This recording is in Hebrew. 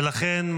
ולכן,